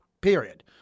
period